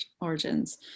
Origins